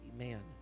amen